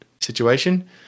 situation